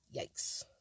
Yikes